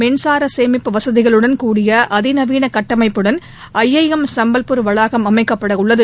மின்சார சேமிப்பு வசதிகளுடன் கூடிய அதி நவீன கட்டமைப்புடன் ஐஐஎம் சம்பல்பூர் வளாகம் அமைக்கப்படவுள்ளது